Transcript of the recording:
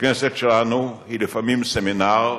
הכנסת שלנו היא לפעמים סמינר,